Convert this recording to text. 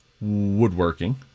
woodworking